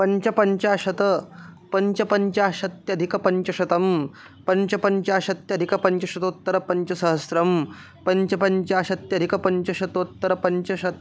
पञ्चपञ्चाशत् पञ्चपञ्चाशदधिकपञ्चशतं पञ्चपञ्चाशदधिकपञ्चशतोत्तरपञ्चसहस्रं पञ्चपञ्चाशदधिकपञ्चशतोत्तरपञ्चशतं